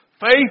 Faith